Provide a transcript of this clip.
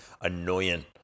annoying